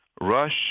Rush